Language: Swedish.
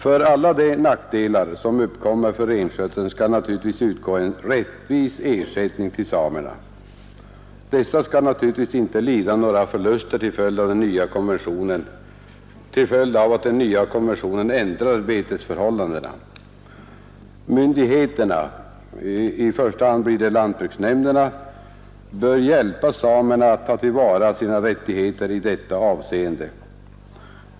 För alla de nackdelar som uppkommer för renskötseln skall naturligtvis utgå en rättvis ersättning till samerna. Dessa skall naturligtvis inte lida några förluster till följd av att den nya konventionen ändrar betesförhållandena. Myndigheterna — i första hand blir det lantbruksnämnderna — bör hjälpa samerna att ta till vara sina rättigheter i detta avseende.